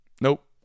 nope